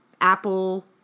Apple